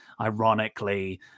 ironically